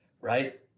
right